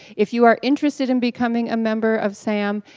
if you are interested in becoming a member of sam,